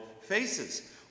faces